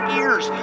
ears